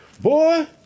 Boy